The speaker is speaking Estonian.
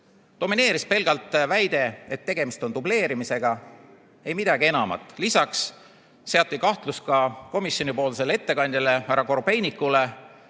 Domineeris pelgalt väide, et tegemist on dubleerimisega, ei midagi enamat. Lisaks seati kahtluse alla ka komisjoni ettekandja härra Korobeinik,